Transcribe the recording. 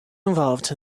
involved